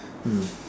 mm